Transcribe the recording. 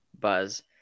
buzz